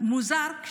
מוזר?